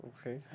okay